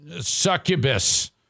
succubus